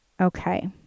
Okay